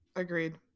agreed